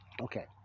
Okay